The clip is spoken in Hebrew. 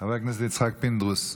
חבר הכנסת יצחק פינדרוס,